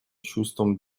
чувством